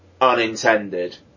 unintended